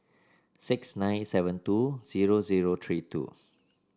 six nine seven two zero zero three two